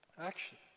action